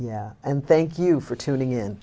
yeah and thank you for tuning in